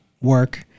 work